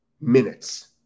minutes